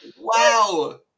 Wow